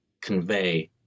convey